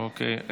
אוקיי.